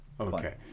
Okay